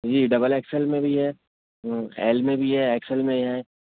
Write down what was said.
جی double X L میں بھی ہے ایل میں بھی ہے ایکسل میں ہے